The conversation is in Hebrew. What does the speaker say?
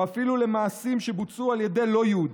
או אפילו למעשים שבוצעו על ידי לא יהודים,